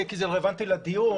כי זה רלוונטי לדיון,